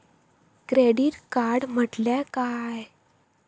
Credit card म्हटल्या काय?